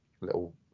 little